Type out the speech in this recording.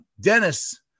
Dennis